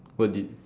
what did